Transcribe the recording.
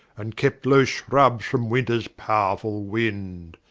and kept low shrubs from winters pow'rfull winde.